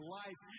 life